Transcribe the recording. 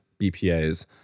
bpas